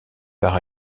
par